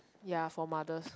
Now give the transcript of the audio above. ya for mothers